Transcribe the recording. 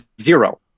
zero